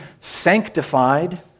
sanctified